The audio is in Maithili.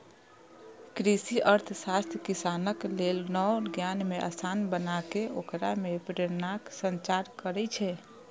कृषि अर्थशास्त्र किसानक लेल नव ज्ञान कें आसान बनाके ओकरा मे प्रेरणाक संचार करै छै